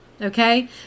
Okay